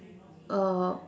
uh